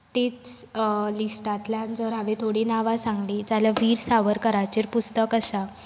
तीच लिस्टांतल्यान जर हांवें थोडीं नांवां सांगलीं जाल्यार वीर सावरकराचेर पुस्तक आसा